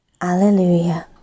Alleluia